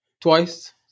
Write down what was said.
twice